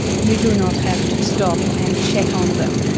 you do not have to stop and check on them.